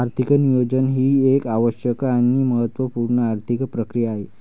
आर्थिक नियोजन ही एक आवश्यक आणि महत्त्व पूर्ण आर्थिक प्रक्रिया आहे